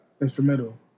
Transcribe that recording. instrumental